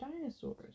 dinosaurs